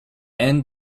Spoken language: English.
end